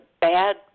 bad